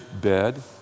bed